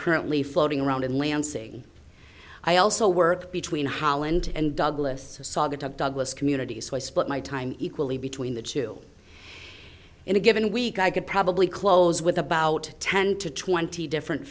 currently floating around in lansing i also work between holland and douglas saugatuck douglas communities so i split my time equally between the two in a given week i could probably close with about ten to twenty different